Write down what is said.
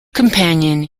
companion